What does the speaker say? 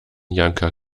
janka